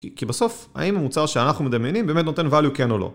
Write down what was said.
כי בסוף, האם המוצר שאנחנו מדמיינים באמת נותן value כן או לא?